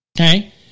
Okay